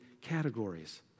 categories